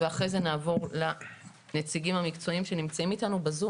ואחרי זה נעבור לנציגים המקצועיים שנמצאים איתנו בזום.